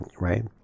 Right